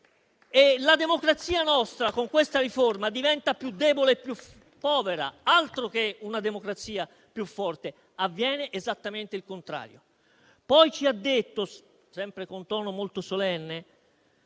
democrazia con questa riforma diventa più debole e più povera, altro che una democrazia più forte; avviene esattamente il contrario. Il senatore Gasparri ci ha detto, sempre con tono molto solenne: